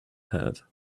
have